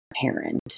parent